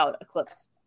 Eclipse